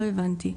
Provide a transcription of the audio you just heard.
לא הבנתי?